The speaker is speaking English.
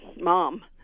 mom